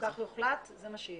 אם כך יוחלט, זה מה שיהיה.